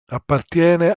appartiene